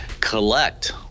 collect